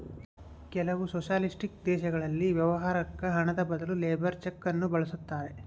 ಕೆಲವು ಸೊಷಲಿಸ್ಟಿಕ್ ದೇಶಗಳಲ್ಲಿ ವ್ಯವಹಾರುಕ್ಕ ಹಣದ ಬದಲು ಲೇಬರ್ ಚೆಕ್ ನ್ನು ಬಳಸ್ತಾರೆ